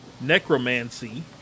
necromancy